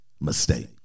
mistake